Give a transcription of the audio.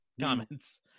comments